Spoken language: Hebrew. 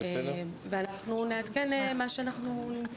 ואנחנו נעדכן מה שאנחנו נמצא.